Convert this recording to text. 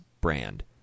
brand